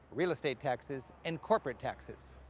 real estate taxes, and corporate taxes.